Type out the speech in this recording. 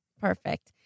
Perfect